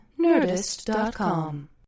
Nerdist.com